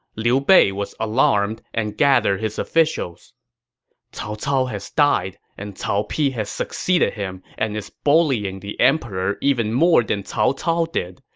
liu bei was alarmed and gathered his officials cao cao has died, and cao pi has succeeded him and is bullying the emperor even more than cao cao did,